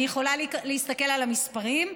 אני יכולה להסתכל על המספרים.